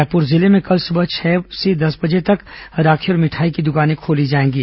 रायपुर जिले में कल सुबह छह से दस बजे तक राखी और मिठाई की दुकानें खोली जाएंगी